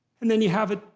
and then you have it.